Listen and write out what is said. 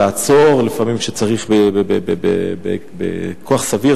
לעצור לפעמים צריך בכוח סביר,